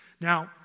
Now